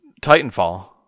Titanfall